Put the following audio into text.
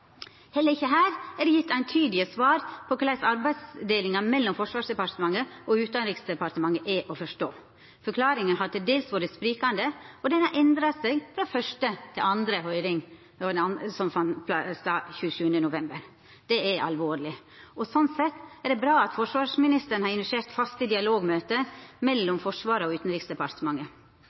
Heller ikkje her er det gjeve eintydige svar på korleis arbeidsdelinga mellom Forsvarsdepartementet og Utanriksdepartementet er å forstå. Forklaringane har til dels vore sprikjande, og dei har endra seg frå første til andre høyring, som fann stad 26. og 27. november. Det er alvorleg. Sånn sett er det bra at forsvarsministeren har initiert faste dialogmøte mellom Forsvaret og Utanriksdepartementet.